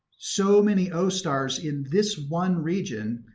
so many o stars in this one region,